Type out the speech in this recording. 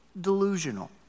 delusional